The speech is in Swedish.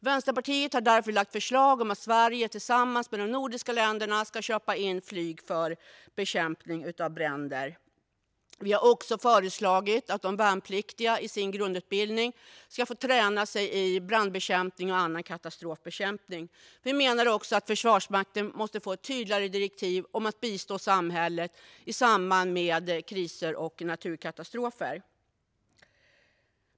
Vänsterpartiet har därför lagt fram förslag om att Sverige tillsammans med de andra nordiska länderna ska köpa in flyg för bekämpning av bränder. Vi har också föreslagit att de värnpliktiga i sin grundutbildning ska få träna sig i brandbekämpning och annan katastrofbekämpning. Vi menar också att Försvarsmakten måste få ett tydligare direktiv om att bistå samhället i samband med kriser och naturkatastrofer.